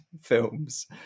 films